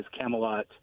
Camelot